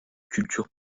culture